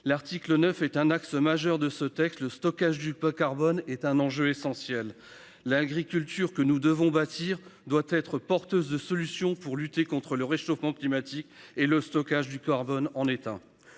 L'article 9 est un axe majeur de ce texte le stockage du carbone est un enjeu essentiel. L'agriculture que nous devons bâtir doit être porteuse de solutions pour lutter contre le réchauffement climatique et le stockage du carbone en état.